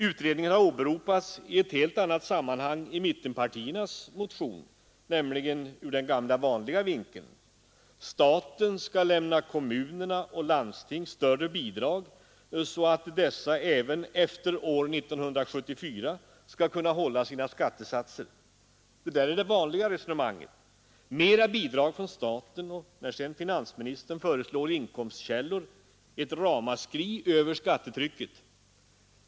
Utredningen har åberopats i ett helt annat sammanhang i mittenpartiernas motion, nämligen ur den gamla vanliga vinkeln. Staten skall lämna större bidrag till kommuner och landsting så att dessa även efter år 1974 skall kunna hålla sina skattesatser. Det här är det vanliga resonemanget. Mera bidrag från staten, och när sedan finansministern föreslår inkomstkällor ett ramaskri över skattetrycket.